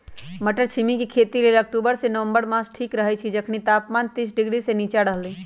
मट्टरछिमि के खेती लेल अक्टूबर से नवंबर मास ठीक रहैछइ जखनी तापमान तीस डिग्री से नीचा रहलइ